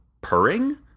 purring